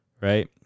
right